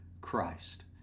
Christ